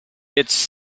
its